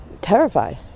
Terrified